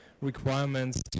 requirements